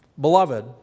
Beloved